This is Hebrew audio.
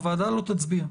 הוועדה לא תצביע.